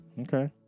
Okay